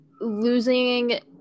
losing